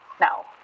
No